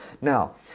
Now